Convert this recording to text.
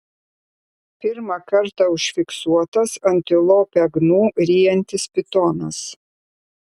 pirmą kartą užfiksuotas antilopę gnu ryjantis pitonas